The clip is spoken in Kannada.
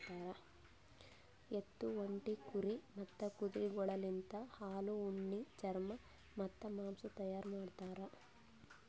ಎತ್ತು, ಒಂಟಿ, ಕುರಿ ಮತ್ತ್ ಕುದುರೆಗೊಳಲಿಂತ್ ಹಾಲು, ಉಣ್ಣಿ, ಚರ್ಮ ಮತ್ತ್ ಮಾಂಸ ತೈಯಾರ್ ಮಾಡ್ತಾರ್